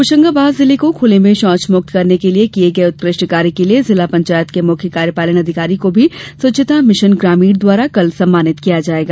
होशंगाबाद जिले को खुले में शौच मुक्त करने के लिये किये गये उत्कृष्ट कार्य के लिये जिला पंचायत के मुख्य कार्यपालन अधिकारी को भी स्वच्छता मिशन ग्रामीण द्वारा कल सम्मानित किया जायेगा